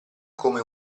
come